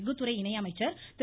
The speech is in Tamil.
் குத்துறை இணை அமைச்சர் திரு